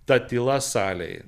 ta tyla salėj